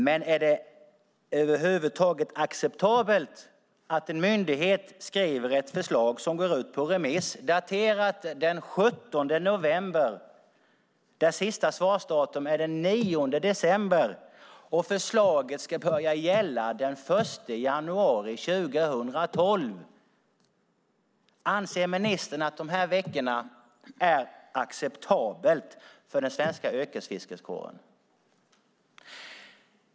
Men är det över huvud taget acceptabelt att en myndighet skriver ett förslag som går ut på remiss daterat den 17 november med sista svarsdatum den 9 december och förslaget ska börja gälla den 1 januari 2012? Anser ministern att det är acceptabelt med de här veckorna för den svenska yrkesfiskekåren?